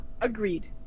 Agreed